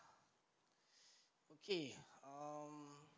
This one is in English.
okay um